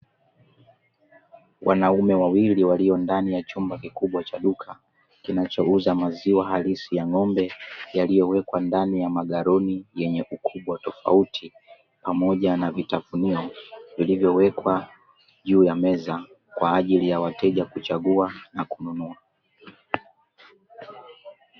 Wanaume wawili walio ndani ya chumba kikubwa cha duka, kinachouza maziwa halisi ya ng’ombe; yaliyowekwa ndani ya magaloni yenye ukubwa tofauti pamoja na vitafunio vilivyowekwa juu ya meza kwaajili ya wateja kuchagua na kununua.